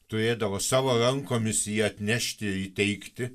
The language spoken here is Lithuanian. turėdavo savo rankomis jį atnešti įteikti